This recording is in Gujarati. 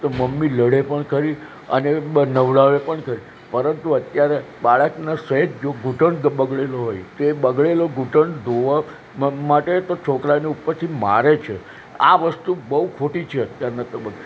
તો મમ્મી લડે પણ ખરી અને બ નવડાવે પણ ખરી પરંતુ અત્યારે બાળકને સહેજ જો ઘૂંટણ બગડેલો હોય તે એ બગડેલો ઘૂંટણ ધોવા માટે તો છોકરાને ઉપરથી મારે છે આ વસ્તુ બહુ ખોટી છે અત્યારના તબ્બકામાં